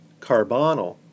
carbonyl